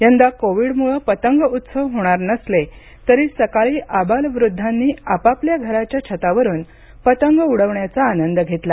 यंदा कोविडमुळे पतंग उत्सव होणार नसले तरी सकाळी आबालवृद्धांनी आपापल्या घराच्या छतावरून पतंग उडवण्याचा आनंद घेतला